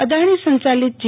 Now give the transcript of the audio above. અદાણી સંચલિત જી